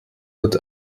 wird